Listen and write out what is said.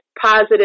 positive